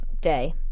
day